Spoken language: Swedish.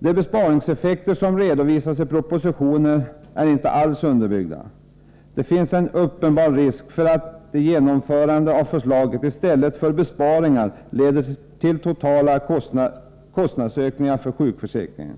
De besparingseffekter som redovisas i propositionen är inte alls underbyggda. Det finns en uppenbar risk för att ett genomförande av förslaget i stället för besparingar leder till ökade totala kostnader för sjukförsäkringen.